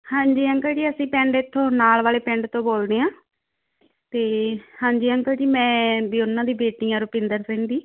ਹਾਂਜੀ ਅੰਕਲ ਜੀ ਅਸੀਂ ਪਿੰਡ ਇਥੋਂ ਨਾਲ ਵਾਲੇ ਪਿੰਡ ਤੋਂ ਬੋਲਦੇ ਆਹਾਂ ਅਤੇ ਹਾਂਜੀ ਅੰਕਲ ਜੀ ਮੈਂ ਵੀ ਉਹਨਾਂ ਦੀ ਬੇਟੀ ਆ ਰੁਪਿੰਦਰ ਸਿੰਘ ਦੀ